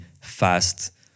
fast